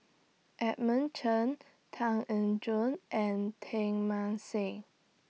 Edmund Chen Tan Eng Joo and Teng Mah Seng